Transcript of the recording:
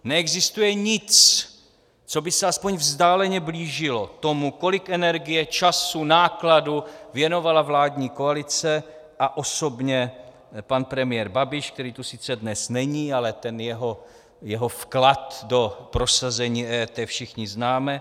Neexistuje nic, co by se aspoň vzdáleně blížilo tomu, kolik energie, času, nákladů věnovala vládní koalice a osobně pan premiér Babiš, který tu sice dnes není, ale jeho vklad do prosazení EET všichni známe.